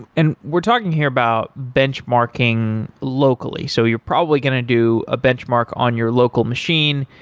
and we're talking here about benchmarking locally. so you're probably going to do a benchmark on your local machine,